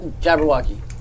Jabberwocky